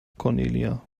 cornelia